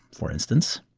for instance,